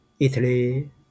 Italy